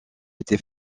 été